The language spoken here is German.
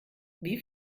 wie